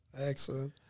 Excellent